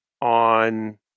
on